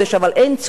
אבל אין צורך.